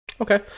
okay